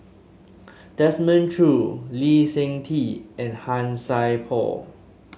Desmond Choo Lee Seng Tee and Han Sai Por